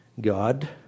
God